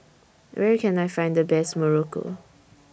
Where Can I Find The Best Muruku